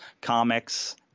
comics